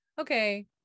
okay